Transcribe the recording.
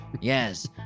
Yes